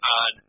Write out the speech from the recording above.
on